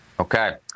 Okay